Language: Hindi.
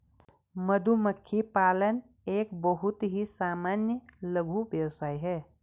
मधुमक्खी पालन एक बहुत ही सामान्य लघु व्यवसाय है